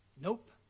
Nope